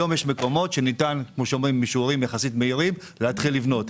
היום יש מקומות שניתן לקבל יחסית אישורים מהירים ולהתחיל לבנות.